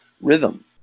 rhythm